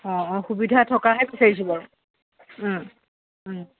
অঁ অঁ সুবিধা থকাহে বিচাৰিছোঁ বাৰু